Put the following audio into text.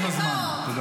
-- תודה